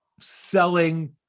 Selling